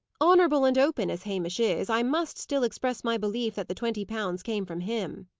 honourable and open as hamish is, i must still express my belief that the twenty pounds came from him.